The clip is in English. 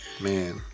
Man